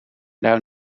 down